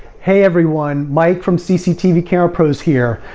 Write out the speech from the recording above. hey everyone. mike from cctv camera pros here.